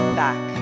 back